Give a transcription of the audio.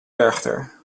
werchter